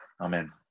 Amen